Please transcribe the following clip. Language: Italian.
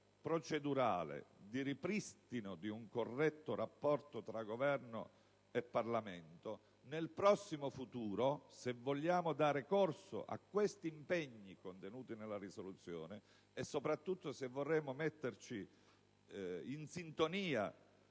procedurale, di ripristino di un corretto rapporto tra Governo e Parlamento nel prossimo futuro, se vogliamo dare corso agli impegni contenuti nella risoluzione, e soprattutto metterci in linea